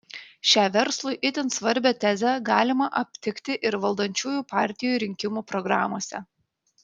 šią verslui itin svarbią tezę galima aptikti ir valdančiųjų partijų rinkimų programose